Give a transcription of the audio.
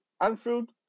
Anfield